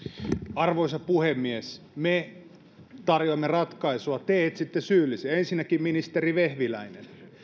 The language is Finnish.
arvoisa puhemies me tarjoamme ratkaisua te etsitte syyllisiä ensinnäkin ministeri vehviläinen